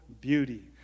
beauty